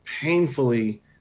painfully